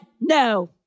No